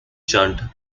chant